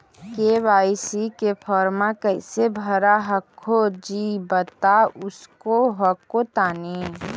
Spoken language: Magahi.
के.वाई.सी फॉर्मा कैसे भरा हको जी बता उसको हको तानी?